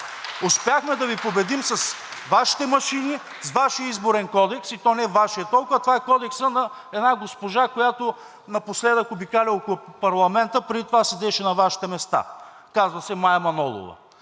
Успяхме да Ви победим с Вашите машини, с Вашия Изборен кодекс, и то не Вашия толкова, а това е Кодексът на една госпожа, която напоследък обикаля около парламента, а преди това седеше на Вашите места. Казва се Мая Манолова.